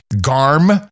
GARM